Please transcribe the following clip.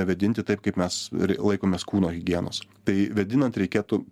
vėdinti taip kaip mes laikomės kūno higienos tai vėdinant reikėtų